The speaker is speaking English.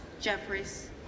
Jeffries